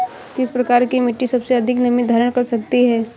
किस प्रकार की मिट्टी सबसे अधिक नमी धारण कर सकती है?